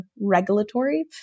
regulatory